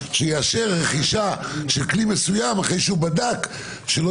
שיאשר רכישה של כלי מסוים אחרי שהוא בדק שלא